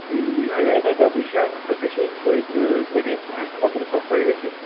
اگرے تۄہہِ double shade سۄ گژھوٕ دۄیہِ تٕرٛہ ترٛےٚ گٔے پانٛژھ سَتھ ترٕٛہ ساس تانۍ گژھِو